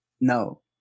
no